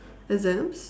exams